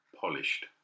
polished